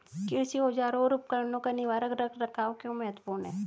कृषि औजारों और उपकरणों का निवारक रख रखाव क्यों महत्वपूर्ण है?